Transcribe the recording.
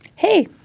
hey,